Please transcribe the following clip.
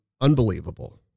unbelievable